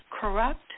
corrupt